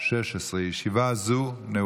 חמישה בעד, אין מתנגדים, אין